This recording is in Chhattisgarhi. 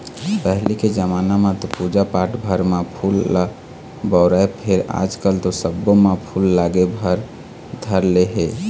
पहिली के जमाना म तो पूजा पाठ भर म फूल ल बउरय फेर आजकल तो सब्बो म फूल लागे भर धर ले हे